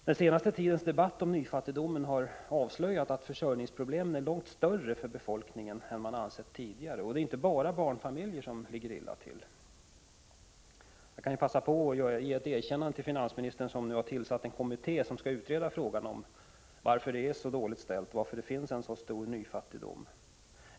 Den senaste tidens debatt om nyfattigdomen har avslöjat att försörjningsproblemen för befolkningen är långt större än man ansett tidigare. Det är inte bara barnfamiljer som ligger illa till. | Jag vill i det sammanhanget passa på att ge finansministern ett erkännande för att han nu har tillsatt en kommitté som skall utreda frågan om varför det är så dåligt ställt och varför det finns en så stor nyfattigdom.